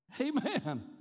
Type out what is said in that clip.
Amen